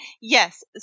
yes